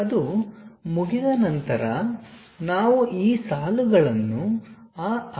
ಅದು ಮುಗಿದ ನಂತರ ನಾವು ಈ ಸಾಲುಗಳನ್ನುಆ ಆಯತವನ್ನುತೆಗೆದುಹಾಕುತ್ತೇವೆ